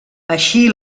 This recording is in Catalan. així